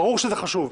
ברור שזה חשוב.